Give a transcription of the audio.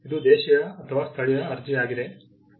ಇದು ದೇಶೀಯ ಅಥವಾ ಸ್ಥಳೀಯ ಅರ್ಜಿ ಆಗಿದೆ